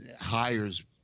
hires